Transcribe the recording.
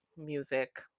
music